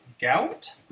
Gout